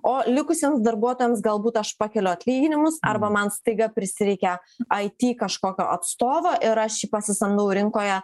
o likusiems darbuotojams galbūt aš pakeliu atlyginimus arba man staiga prisireikia it kažkokio atstovo ir aš jį pasisamdau rinkoje